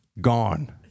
gone